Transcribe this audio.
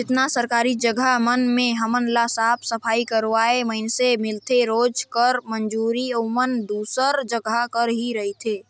जेतना सरकारी जगहा मन में हमन ल साफ सफई करोइया मइनसे मिलथें रोजी कर मंजूरी में ओमन दूसर जगहा कर ही रहथें